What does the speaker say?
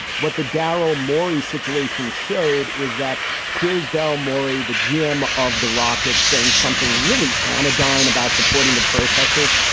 what the darrow more situation showed is that here is daryl morey, the gm of the rockets, saying something really anodyne about supporting the protesters.